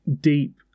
deep